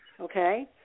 Okay